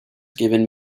given